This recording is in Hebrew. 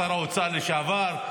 שר האוצר לשעבר,